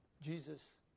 Jesus